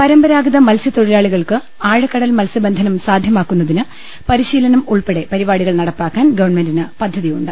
പരമ്പരാഗത മത്സൃതൊഴിലാളികൾക്ക് ആഴക്കടൽ മത്സൃബന്ധനം സാധ്യമാക്കുന്നതിന് പരിശീലനം ഉൾപ്പെടെ പരിപാടികൾ നടപ്പാക്കാൻ ഗവൺമെന്റിന് പദ്ധതിയുണ്ട്